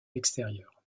l’extérieur